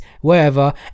wherever